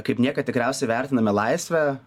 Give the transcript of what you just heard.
kaip niekad tikriausiai vertiname laisvę